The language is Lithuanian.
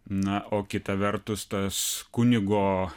na o kita vertus tas kunigo